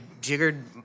jiggered